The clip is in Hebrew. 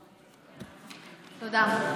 תודה.